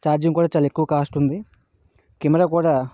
charging కూడా చాలా ఎక్కువ కాస్ట్ ఉంది కెమెరా కూడా